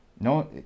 No